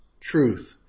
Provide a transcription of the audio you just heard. Truth